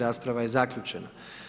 Rasprava je zaključena.